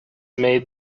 made